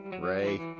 Ray